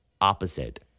opposite